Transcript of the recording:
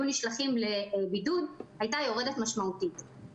נשלחים לבידוד הייתה יורדת משמעותית.